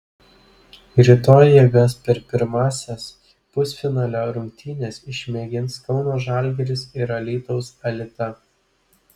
rytoj jėgas per pirmąsias pusfinalio rungtynes išmėgins kauno žalgiris ir alytaus alita